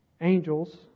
angels